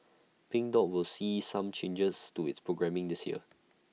pink dot will see some changes to its programming this year